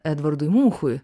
edvardui munchui